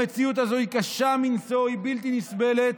המציאות הזו היא קשה מנשוא, היא בלתי נסבלת,